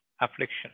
affliction